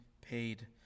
paid